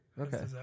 Okay